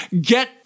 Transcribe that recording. Get